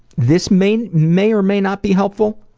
this may may or may not be helpful,